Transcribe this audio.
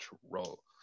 control